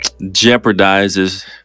jeopardizes